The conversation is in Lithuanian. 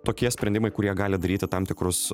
tokie sprendimai kurie gali daryti tam tikrus